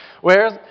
Whereas